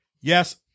yes